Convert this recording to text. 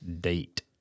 date